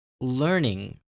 learning